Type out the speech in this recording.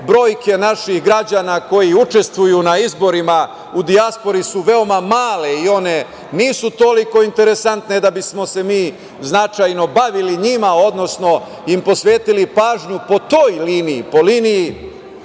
brojke naših građana koji učestvuju na izborima u dijaspori su veoma male, one nisu toliko interesantne da bismo se mi značajno bavili njima, odnosno posvetili im pažnju po toj liniji,